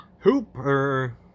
Hooper